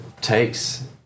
takes